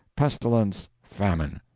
pestilence, famine.